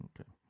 Okay